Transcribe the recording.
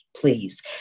please